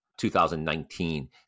2019